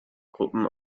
gruppen